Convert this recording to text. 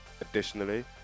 Additionally